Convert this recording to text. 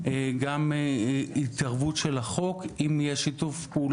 גם התערבות של החוק אם יהיה שיתוף פעולה.